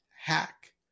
hack